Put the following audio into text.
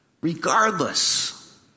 regardless